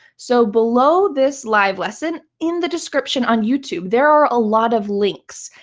so below this live lesson, in the description on youtube, there are a lot of links,